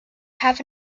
have